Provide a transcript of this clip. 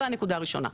זו הנקודה הראשונה.